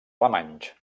alemanys